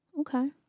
Okay